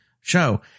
show